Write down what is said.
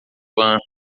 van